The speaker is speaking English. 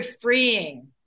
freeing